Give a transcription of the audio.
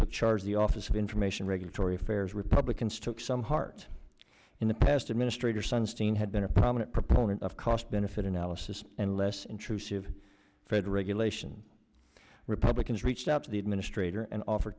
to charge the office of information regulatory affairs republicans took some heart in the past administrator sunstein had been a prominent proponent of cost benefit analysis and less intrusive federal regulation republicans reached out to the administrator and offer